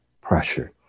Pressure